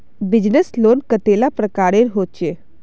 Business loan कतेला प्रकारेर होचे?